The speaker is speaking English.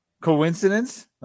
Coincidence